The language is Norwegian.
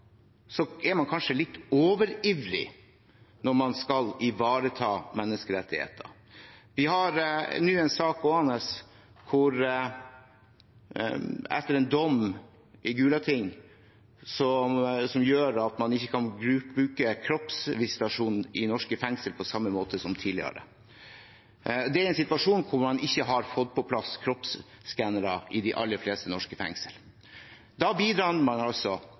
er man kanskje litt overivrig når man skal ivareta menneskerettighetene. Vi har nå en sak gående etter en dom i Gulating som gjør at man ikke kan bruke kroppsvisitasjon i norske fengsler på samme måte som tidligere. Det er en situasjon der man ikke har fått på plass kroppsskannere i de aller fleste norske fengsler. Da bidrar man i menneskerettighetenes navn til å utsette ansatte i norske fengsler for fare. Det går altså